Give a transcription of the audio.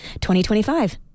2025